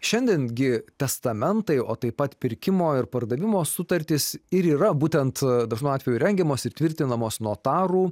šiandien gi testamentai o taip pat pirkimo ir pardavimo sutartis ir yra būtent dažnu atveju rengiamos ir tvirtinamos notarų